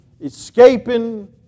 escaping